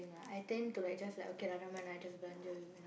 I tend to like just like okay lah never mind lah I just belanja you you know